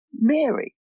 Mary